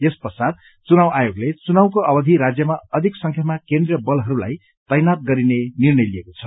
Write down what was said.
यस पश्चात चुनाव आयोगले चुनावको अवधि राज्यमा अधिक संख्यामा केन्द्रीय बलहरूलाई तैनाथ गरिने निर्णय लिएको छ